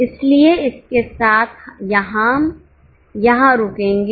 इसलिए इसके साथ हम यहां रुकेंगे